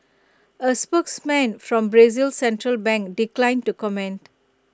A spokesman from Brazil's central bank declined to comment